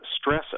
stress